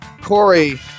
Corey